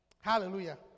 Hallelujah